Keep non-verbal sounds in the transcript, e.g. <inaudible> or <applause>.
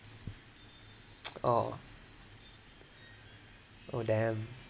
<noise> oh oh damn